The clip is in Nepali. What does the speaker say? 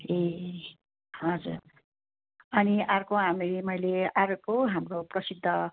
ए हजुर अनि आर्को हामी मैले आर्को हाम्रो प्रसिद्ध